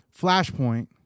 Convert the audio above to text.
Flashpoint